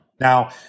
Now